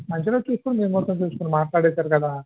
మంచి రోజు చూసుకొని మీ ముహూర్తం చూసుకొని మాట్లాడేసారు కదా